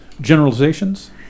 generalizations